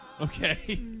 Okay